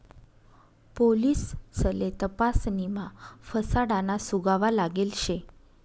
पोलिससले तपासणीमा फसाडाना सुगावा लागेल शे